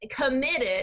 committed